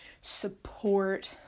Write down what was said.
support